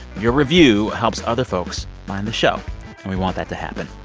your review helps other folks find the show, and we want that to happen.